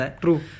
True